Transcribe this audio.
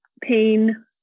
pain